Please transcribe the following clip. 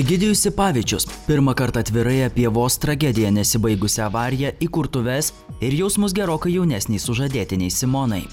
egidijus sipavičius pirmą kartą atvirai apie vos tragedija nesibaigusią avariją įkurtuves ir jausmus gerokai jaunesnei sužadėtinei simonai